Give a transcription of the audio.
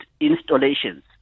installations